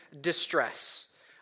distress